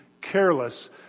careless